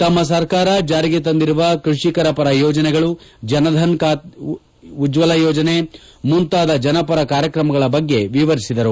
ತಮ್ಮ ಸರ್ಕಾರ ಜಾರಿಗೆ ತಂದಿರುವ ಕೃಷಿಕರ ಪರ ಯೋಜನೆಗಳು ಜನಧನ್ ಉಜ್ವಲ ಯೋಜನೆ ಮುಂತಾದ ಜನಪರ ಕಾರ್ಯಕ್ರಮಗಳ ಬಗ್ಗೆ ವಿವರಿಸಿದರು